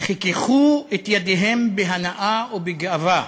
חיככו את ידיהם בהנאה ובגאווה: